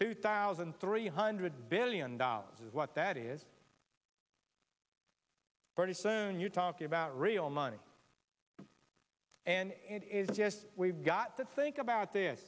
two thousand three hundred billion dollars is what that is pretty soon you're talking about real money and it is just we've got to think about